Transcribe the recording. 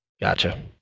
Gotcha